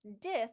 DISC